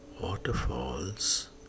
waterfalls